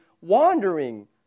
wandering